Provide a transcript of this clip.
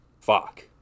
Fuck